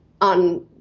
on